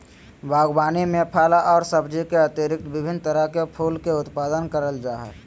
बागवानी में फल और सब्जी के अतिरिक्त विभिन्न तरह के फूल के उत्पादन करल जा हइ